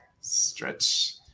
stretch